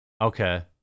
okay